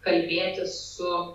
kalbėtis su